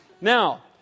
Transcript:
Now